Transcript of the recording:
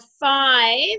five